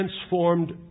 transformed